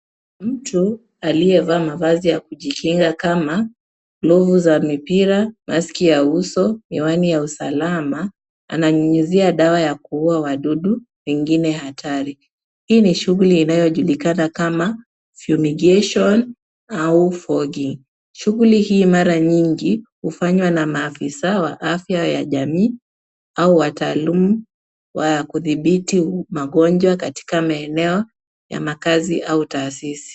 Mtu aliyevaa mavazi ya kujikinga kama glovu za mipira, maski ya uso, miwani ya usalama ananyunyizia dawa ya kuua wadudu wengine hatari. Hili ni shughuli inayojulikana kama fumigation au fogging . Shughuli hii mara nyingi hufanywa na maafisa wa afya ya jamii au wataalam wa kudhibiti magonjwa katika maeneo ya makazi au taasisi.